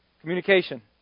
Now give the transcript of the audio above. communication